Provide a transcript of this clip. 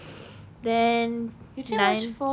then nine